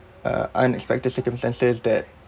uh unexpected circumstances that